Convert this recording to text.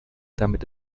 damit